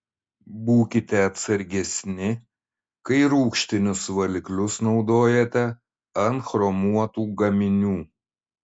būkite atsargesni kai rūgštinius valiklius naudojate ant chromuotų gaminių